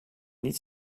niet